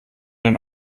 den